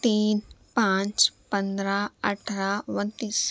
تین پانچ پندرہ اٹھرہ انتیس